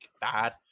bad